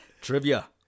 trivia